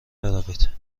بروید